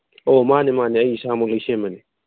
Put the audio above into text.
ꯑꯣ ꯃꯥꯅꯦ ꯃꯥꯅꯦ ꯑꯩ ꯏꯁꯥꯃꯛ ꯂꯩꯁꯦꯝꯕꯅꯦ